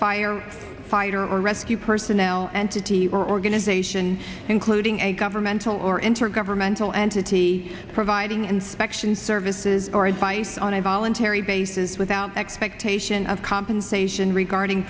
fire fighter or rescue personnel entity or organization including a governmental or enter governmental entity providing inspection services or advice on a voluntary basis without expectation of compensation regarding